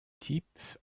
type